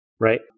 right